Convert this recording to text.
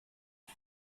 the